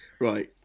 Right